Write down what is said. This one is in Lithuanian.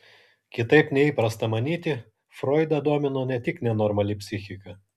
kitaip nei įprasta manyti froidą domino ne tik nenormali psichika